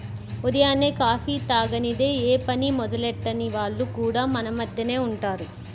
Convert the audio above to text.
ఉదయాన్నే కాఫీ తాగనిదె యే పని మొదలెట్టని వాళ్లు కూడా మన మద్దెనే ఉంటారు